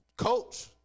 Coach